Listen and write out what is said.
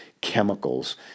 chemicals